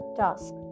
task